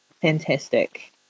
fantastic